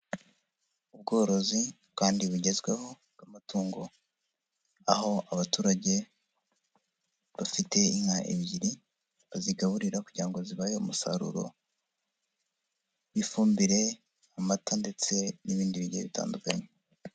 Ubworozi kandi bugezweho bw'amatungo, aho abaturage bafite inka ebyiri, bazigaburira kugira ngo zibahe umusaruro w'ifumbire, amata ndetse n'ibindi bigiye bitandukanye.